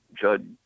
Judge